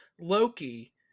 Loki